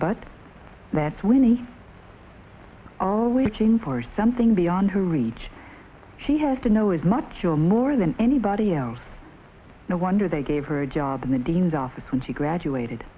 but that's when they all weekend for something beyond her reach she has to know as much or more than anybody else no wonder they gave her a job in the dean's office when she graduated